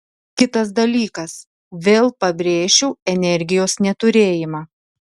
kitas dalykas vėl pabrėšiu energijos neturėjimą